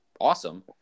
awesome